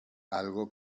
algo